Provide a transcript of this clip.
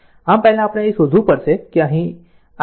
આમ પહેલા આપણે એ શોધવું પડશે કે અહીં i L ની કરંટ દિશાની દિશા શું છે